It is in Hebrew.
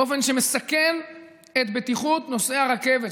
באופן שמסכן את בטיחות נוסעי הרכבת.